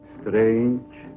Strange